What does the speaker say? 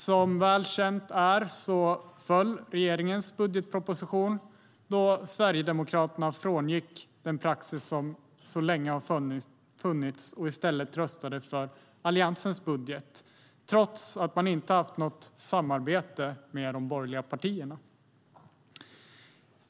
Som väl känt är föll regeringens budgetproposition då Sverigedemokraterna frångick den praxis som länge har funnits och i stället röstade för Alliansens budget, trots att de inte haft något samarbete med de borgerliga partierna.